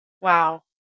Wow